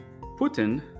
putin